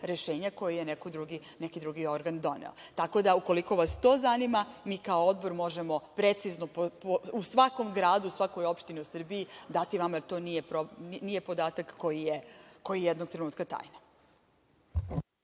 koje je neki drugi organ doneo. Tako da, ukoliko vas to zanima, mi kao Odbor možemo precizno u svakom gradu, svakoj opštini u Srbiji, dati vam, jer to nije podataka koji je ijednog trenutka tajna.